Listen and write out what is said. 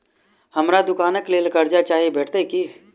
हमरा दुकानक लेल कर्जा चाहि भेटइत की?